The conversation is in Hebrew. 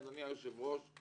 אדוני היושב-ראש,